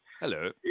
Hello